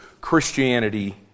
Christianity